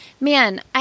man